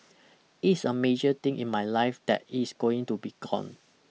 it's a major thing in my life that is going to be gone